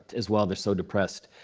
as well they're so depressed.